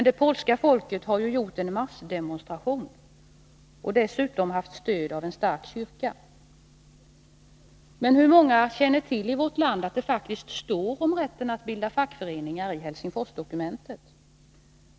Det polska folket har ju gjort en massdemonstration och dessutom haft stöd av en stark kyrka. Men hur många i vårt land känner till att det faktiskt står om rätten att bilda fackföreningar i Helsingforsdokumentet?